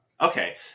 Okay